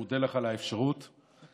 אני מודה לך על האפשרות לדבר.